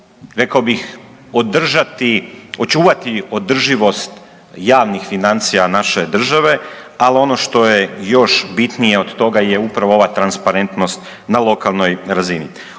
rekao bih održati, očuvati održivost javnih financija naše države, ali ono što je još bitnije od toga je upravo ova transparentnost na lokalnoj razini.